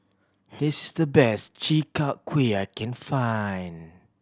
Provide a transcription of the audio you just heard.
this is the best Chi Kak Kuih I can find